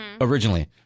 Originally